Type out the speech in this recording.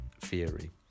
theory